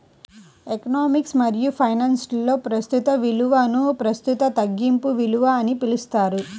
economics మరియుఫైనాన్స్లో, ప్రస్తుత విలువనుప్రస్తుత తగ్గింపు విలువ అని పిలుస్తారు